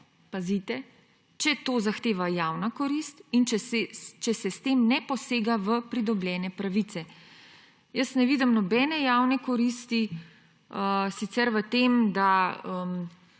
pazite, »če to zahteva javna korist in če se s tem ne posega v pridobljene pravice.« Jaz sicer ne vidim nobene javne koristi v tem, da